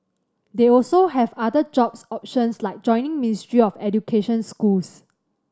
they also have other jobs options like joining Ministry of Education schools